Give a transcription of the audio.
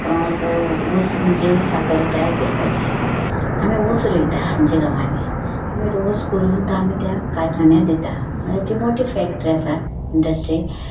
असो ऊस म्हणजे साकर तयार करपाची आमी ऊस रोयता आमच्या गांवांनी आमी रोस करून तो आमी त्या कारखान्या दिता म्हळ्या ती मोटी फ्रॅक्ट्री आसा इंड्रस्ट्री